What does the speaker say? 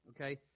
Okay